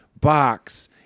box